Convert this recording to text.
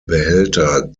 behälter